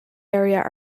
area